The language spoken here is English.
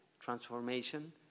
transformation